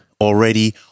already